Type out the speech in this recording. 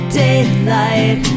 daylight